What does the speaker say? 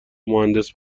مهندس